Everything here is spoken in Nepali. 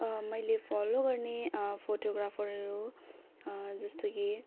मैले फलो गर्ने फोटोग्राफरहरू जस्तो कि